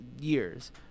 years